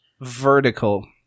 vertical